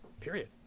period